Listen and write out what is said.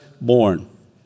born